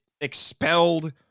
expelled